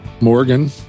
Morgan